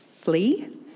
flee